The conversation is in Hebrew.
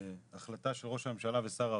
ההחלטה של ראש הממשלה ושר האוצר,